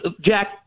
Jack